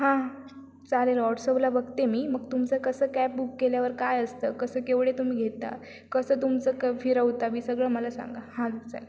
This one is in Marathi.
हां चालेल वॉट्सअपला बघते मी मग तुमचं कसं कॅब बुक केल्यावर काय असतं कसं केवढे तुम्ही घेता कसं तुमचं क फिरवता बी सगळं मला सांगा हां चालेल